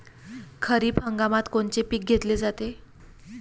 खरिप हंगामात कोनचे पिकं घेतले जाते?